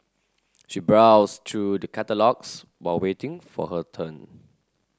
she browsed through the catalogues while waiting for her turn